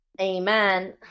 amen